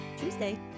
tuesday